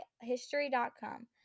History.com